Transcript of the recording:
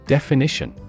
Definition